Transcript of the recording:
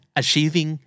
achieving